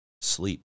sleep